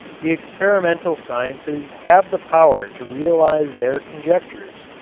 the experimental sciences have the power to realize their conjectures.